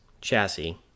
chassis